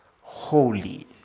holy